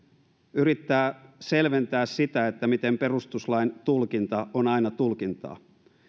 yrittää selventää miten perustuslain tulkinta on aina tulkintaa